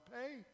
pay